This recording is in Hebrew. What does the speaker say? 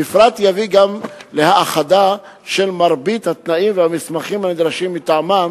המפרט יביא גם להאחדה מרבית של התנאים והמסמכים הנדרשים מטעמם